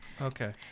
Okay